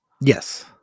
Yes